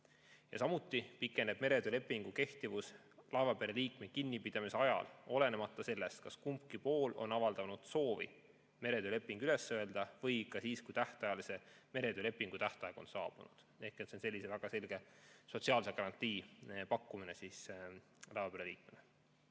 Samuti pikeneb meretöölepingu kehtivus laevapere liikme kinnipidamise ajal, olenemata sellest, kas kumbki pool on avaldanud soovi meretööleping üles öelda, või ka siis, kui tähtajalise meretöölepingu tähtaeg on saabunud. Ehk see on sellise väga selge sotsiaalse garantii pakkumine laevapere liikmele.